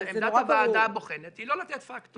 עמדת הוועדה הבוחנת היא לא לתת פקטור.